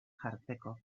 jartzeko